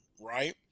right